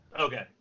Okay